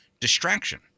distraction